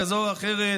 כזאת או אחרת.